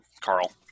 Carl